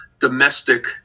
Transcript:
domestic